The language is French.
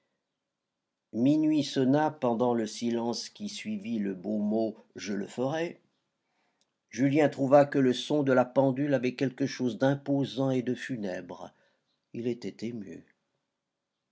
minuit sonna pendant le silence qui suivit le beau mot je le ferai julien trouva que le son de la pendule avait quelque chose d'imposant et de funèbre il était ému